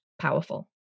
powerful